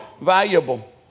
valuable